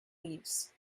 leaves